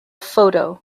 photo